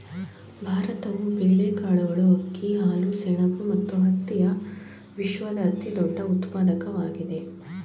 ಭಾರತವು ಬೇಳೆಕಾಳುಗಳು, ಅಕ್ಕಿ, ಹಾಲು, ಸೆಣಬು ಮತ್ತು ಹತ್ತಿಯ ವಿಶ್ವದ ಅತಿದೊಡ್ಡ ಉತ್ಪಾದಕವಾಗಿದೆ